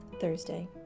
thursday